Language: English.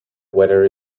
weather